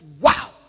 wow